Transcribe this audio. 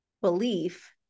belief